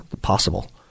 possible